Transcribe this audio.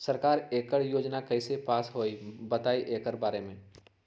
सरकार एकड़ योजना कईसे पास होई बताई एकर बारे मे?